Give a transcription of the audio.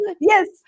Yes